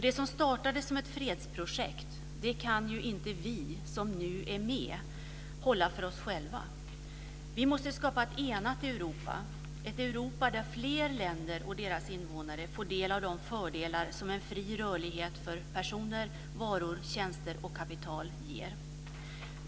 Det som startade som ett fredsprojekt kan inte vi som nu är med hålla för oss själva. Vi måste skapa ett enat Europa, ett Europa där fler länder och deras invånare får del av de fördelar som en fri rörlighet för personer, varor, tjänster och kapital ger.